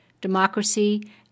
democracy